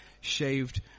shaved